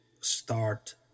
start